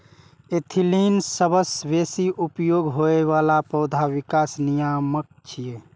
ethylene सबसं बेसी उपयोग होइ बला पौधा विकास नियामक छियै